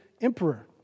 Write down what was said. emperor